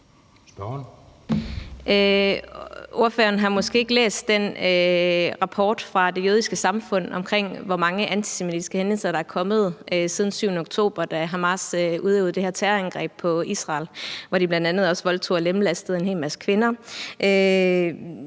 Ordføreren har måske ikke læst den rapport fra Det Jødiske Samfund om, hvor mange antisemitiske hændelser der er kommet siden den 7. oktober, da Hamas udøvede det her terrorangreb på Israel, hvor de bl.a. også voldtog og lemlæstede en hel masse kvinder.